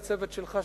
גם לצוות שלך,